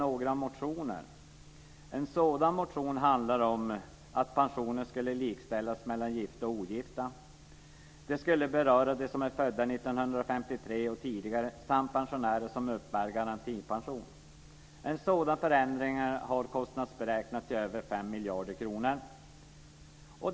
En sådan motion handlar om att pensionen skulle likställas mellan gifta och ogifta. Detta skulle beröra dem som är födda 1953 och tidigare samt pensionärer som uppbär garantipension. En sådan förändring har kostnadsberäknats till över 5 miljarder kronor.